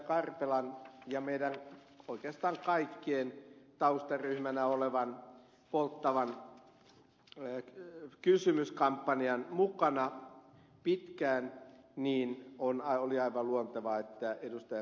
karpelan ja oikeastaan meidän kaikkien taustaryhmänä olevassa polttava kysymys kampanjassa pitkään niin oli aivan luontevaa että ed